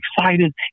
excited